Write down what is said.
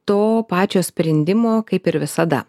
to pačio sprendimo kaip ir visada